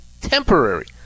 temporary